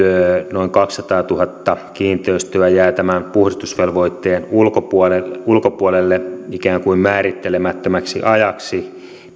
noin kaksisataatuhatta kiinteistöä jää tämän puhdistusvelvoitteen ulkopuolelle ulkopuolelle ikään kuin määrittelemättömäksi ajaksi